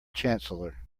chancellor